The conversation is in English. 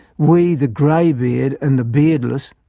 we the grey-beard and the beard-less,